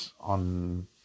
on